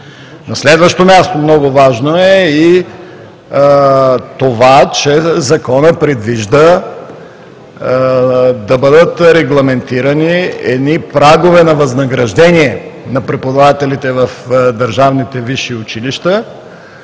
следващо място, много важно е и това, че Законът предвижда да бъдат регламентирани прагове на възнаграждение на преподавателите в държавните висши училища,